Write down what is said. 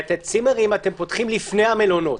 את הצימרים אתם פותחים לפני המלונות.